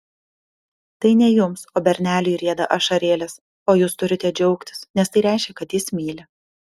tai ne jums o berneliui rieda ašarėlės o jūs turite džiaugtis nes tai reiškia kad jis myli